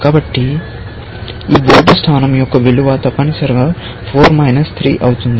కాబట్టి ఈ బోర్డు స్థానం యొక్క విలువ తప్పనిసరిగా 4 3 అవుతుంది